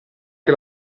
che